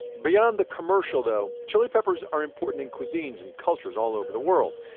beyond the commercial, though, chili peppers are important in cuisines and cultures all over the world.